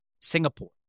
Singapore